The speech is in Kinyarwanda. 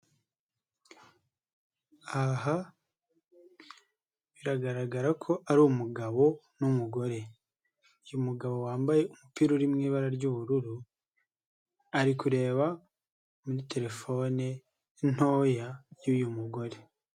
Aha biragaragara ko ari umugabo n'umugore. Uyu mugabo wambaye umupira uri mu ibara ry'ubururu, ari kureba muri telefone ntoya, y'uyu mugore.